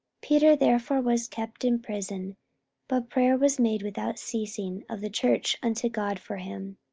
peter therefore was kept in prison but prayer was made without ceasing of the church unto god for him.